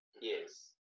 Yes